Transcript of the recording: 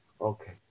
Okay